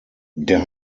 der